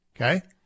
okay